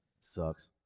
Sucks